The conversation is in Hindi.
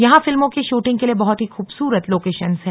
यहां फिल्मों की शूटिंग के लिए बहुत ही खूबसूरत लोकेशन्स हैं